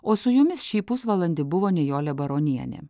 o su jumis šį pusvalandį buvo nijolė baronienė